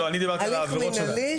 דיברתי על עבירת המנהל,